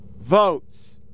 votes